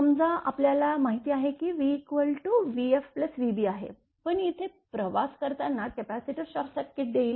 समजा आपल्याला माहीत आहे की v vfvb आहे पण इथे प्रवास करताना कपॅसिटर शॉर्टसर्किट देईल